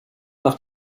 nach